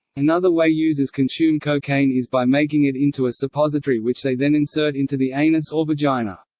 another way users consume cocaine is by making it into a suppository which they then insert into the anus or vagina.